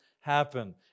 happen